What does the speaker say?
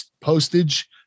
postage